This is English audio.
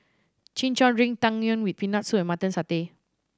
Chin Chow drink Tang Yuen with Peanut Soup and Mutton Satay